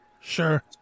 Sure